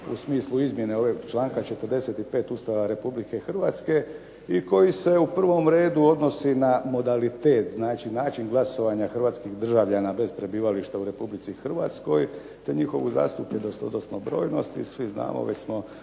u smislu izmjene ovog članka 45. Ustava Republike Hrvatske i koji se u prvom redu odnosi na modalitet, odnosno način glasovanja Hrvatskih državljana bez prebivališta u Republici Hrvatskoj, te njihovu zastupljenosti, odnosno brojnost, svi znamo već smo